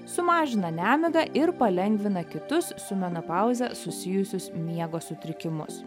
sumažina nemigą ir palengvina kitus su menopauze susijusius miego sutrikimus